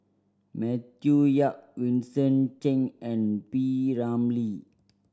Matthew Yap Vincent Cheng and P Ramlee